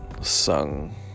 sung